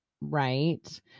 right